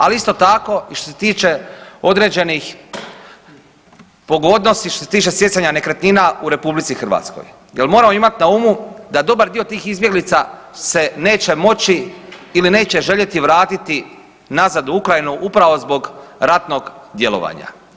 Ali, isto tako i što se tiče određenih pogodnosti, što se tiče stjecanja nekretnina u RH jer moramo imati na umu da dobar dio tih izbjeglica se neće moći ili neće željeti vratiti nazad u Ukrajinu upravo zbog ratnog djelovanja.